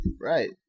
right